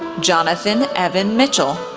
jonathan evan mitchel,